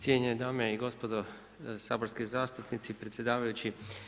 Cijenjene dame i gospodo saborski zastupnici i predsjedavajući.